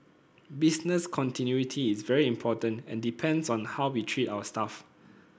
business continuity is very important and depends on how we treat our staff